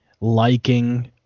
liking